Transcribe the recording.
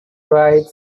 rides